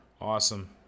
Awesome